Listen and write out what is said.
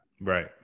Right